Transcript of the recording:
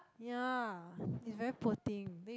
ya is very poor thing